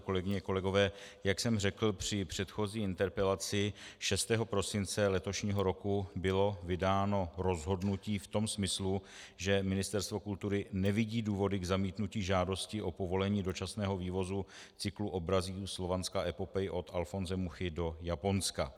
Kolegyně, kolegové, jak jsem řekl při předchozí interpelaci, 6. prosince letošního roku bylo vydáno rozhodnutí v tom smyslu, že Ministerstvo kultury nevidí důvody k zamítnutí žádosti o povolení dočasného vývozu cyklu obrazů Slovanská epopej od Alfonse Muchy do Japonska.